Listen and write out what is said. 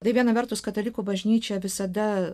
tai viena vertus katalikų bažnyčia visada